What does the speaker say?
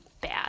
bad